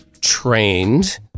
trained